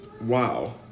Wow